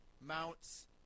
Mounts